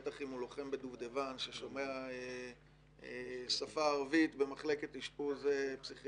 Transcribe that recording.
בטח אם הוא לוחם בדובדבן ששומע שפה ערבית במחלקת אשפוז פסיכיאטרית,